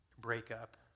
breakup